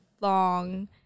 long